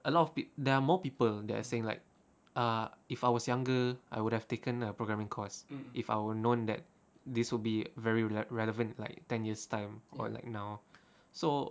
a lot of peop~ there are more people that are saying like ah if I was younger I would have taken a programming course if I would've known that this will be very re~ relevant like ten years time or like now so